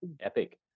Epic